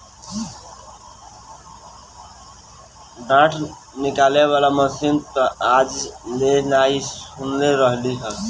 डाँठ निकाले वाला मशीन तअ आज ले नाइ सुनले रहलि हई